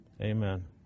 Amen